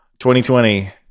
2020